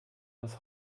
das